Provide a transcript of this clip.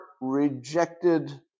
rejected